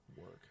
work